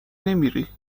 نمیری